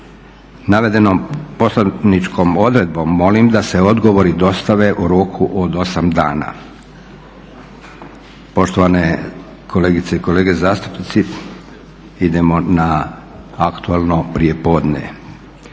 navedenom poslovničkom odredbom molim da se odgovori dostave u roku od 8 dana. Poštovane kolegice i kolege zastupnici idemo na aktualno prijepodne.